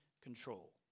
control